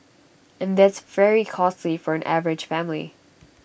and that's very costly for an average family